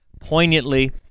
poignantly